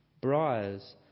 Briars